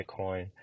Bitcoin